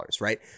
right